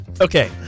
okay